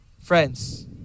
Friends